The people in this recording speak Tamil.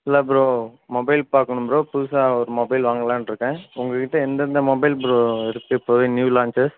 இல்லை ப்ரோ மொபைல் பார்க்கணும் ப்ரோ புதுசாக ஒரு மொபைல் வாங்கலாம்ன்னு இருக்கேன் உங்ககிட்டே எந்தெந்த மொபைல் ப்ரோ இருக்குது இப்போது நியூ லான்ச்சஸ்